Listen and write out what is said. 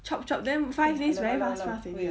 chop chop then five days very fast [one]